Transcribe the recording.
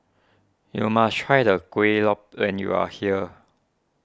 you must try the Kuih Lopes when you are here